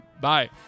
Bye